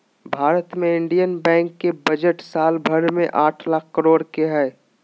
भारत मे इन्डियन बैंको के बजट साल भर मे आठ लाख करोड के हय